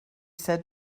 said